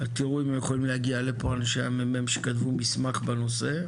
אם יכולים להגיע לפה אנשי הממ"מ שכתבו מסמך בנושא.